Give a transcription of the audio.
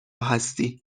هستی